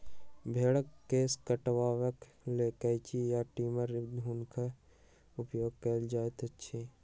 भेंड़क केश कटबाक लेल कैंची आ ट्रीमर दुनूक उपयोग कयल जाइत छै